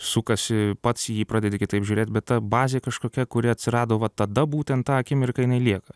sukasi pats į jį pradedi kitaip žiūrėt bet ta bazė kažkokia kuri atsirado va tada būtent tą akimirką jinai lieka